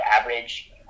average